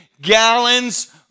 gallons